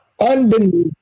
Unbelievable